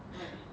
I am like